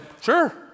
sure